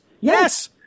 Yes